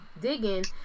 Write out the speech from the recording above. digging